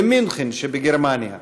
במינכן שבגרמניה.